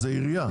זה עירייה.